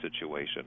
situation